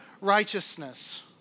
righteousness